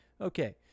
Okay